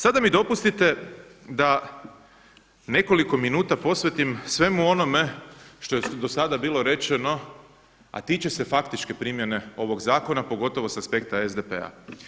Sada mi dopustite da nekoliko minuta posvetim svemu onome što je do sada bilo rečeno, a tiče se faktičke primjene ovog zakona, pogotovo sa aspekta SDP-a.